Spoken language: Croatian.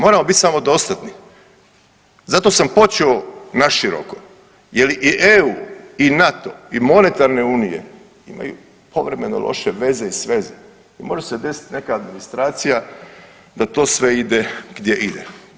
Moramo bit samodostatni zato sam počeo naširoko je li i EU i NATO i monetarne unije imaju povremeno loše veze i sveze i može se desit neka administracija da to sve ide gdje ide.